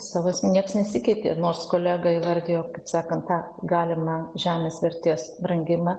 savo esme niekas nesikeitė nors kolega įvardijo kaip sakant tą galimą žemės vertės brangimą